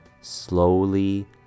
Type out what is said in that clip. slowly